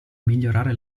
migliorare